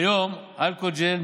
כיום אלכוג'ל,